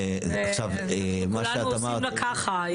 כולנו עושים לה ככה.